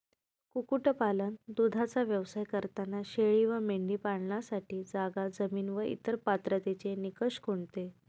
कुक्कुटपालन, दूधाचा व्यवसाय करताना शेळी व मेंढी पालनासाठी जागा, जमीन व इतर पात्रतेचे निकष कोणते?